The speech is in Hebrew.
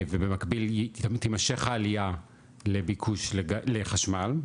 ובמקביל תימשך העלייה לביקוש לחשמל,